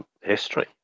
history